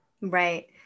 Right